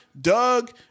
Doug